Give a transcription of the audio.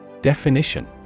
Definition